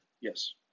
Yes